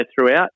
throughout